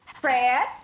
Fred